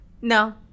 No